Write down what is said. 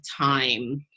time